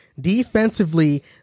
defensively